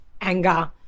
anger